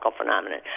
phenomenon